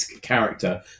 character